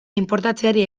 inportatzeari